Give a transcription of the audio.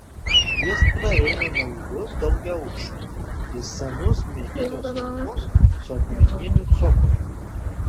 jis praeina naujus daugiaaukščius ir senus medinius namus su akmeniniu cokoliu